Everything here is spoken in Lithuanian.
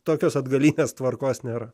tokios atgalinės tvarkos nėra